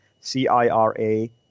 C-I-R-A